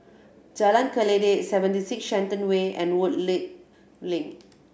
Jalan Kledek Seventy Six Shenton Way and Woodleigh Link